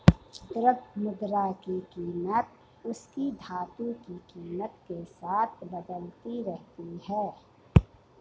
द्रव्य मुद्रा की कीमत उसकी धातु की कीमत के साथ बदलती रहती है